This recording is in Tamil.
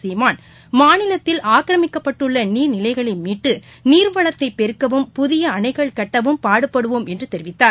சீமான் மாநிலத்தில் ஆக்கிரமிக்கப்பட்டுள்ளநீர்நிலைகளைமீட்டு நீர்வளத்தைபெருக்கவும் புதியஅனைகள் கட்டவும் பாடுபடுவோம் என்றதெரிவித்தார்